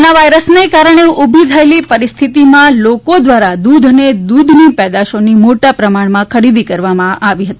corona વાયરસના કારણે ઊભી થયેલી પરિસ્થિતિમાં લોકો દ્વારા દૂધ અને દૂધ પેદાશોની મોટા પ્રમાણમાં ખરીદી કરવામાં આવી હતી